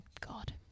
god